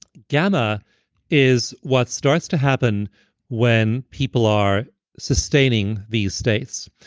gamma is what starts to happen when people are sustaining these states.